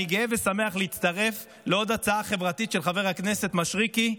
אני גאה ושמח להצטרף לעוד הצעה חברתית של חבר הכנסת מישרקי.